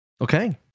Okay